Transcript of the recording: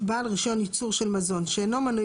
יבוא - "(1) בעל רישיון ייצור של מזון שאינו מנוי